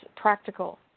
practical